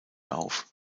auf